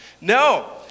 No